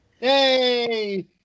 yay